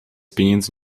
pieniędzy